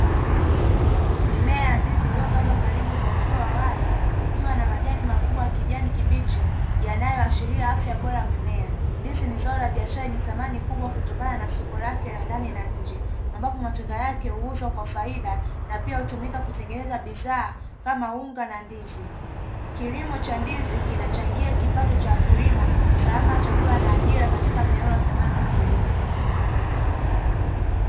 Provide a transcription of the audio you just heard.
Mimea ya ndizi iliyopandwa karibu na uzio wa waya ikiwa na majani makubwa ya kijani kibichi yanayoashiria afya bora ya mimea, ndizi ni zao la biashara yenye thamani kubwa kutokana na soko lake la ndani na nje ambapo matunda yake huuzwa kwa faida na pia hutumika kutengeneza bidhaa kama unga na ndizi. Kilimo cha ndizi kinachangia kipato cha kulima usalama wa chakula na ajira katika mioyo ya thamani ya kilimo.